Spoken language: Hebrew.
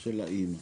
של האמא.